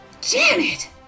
Janet